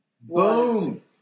Boom